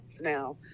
now